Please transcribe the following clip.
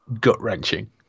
gut-wrenching